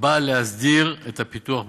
הבאה להסדיר את הפיתוח בשטח.